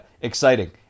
exciting